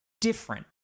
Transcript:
different